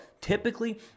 typically